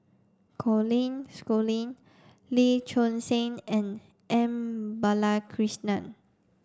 Colin Schooling Lee Choon Seng and M Balakrishnan